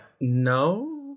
No